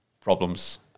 problems